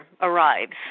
arrives